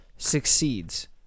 succeeds